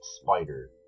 spider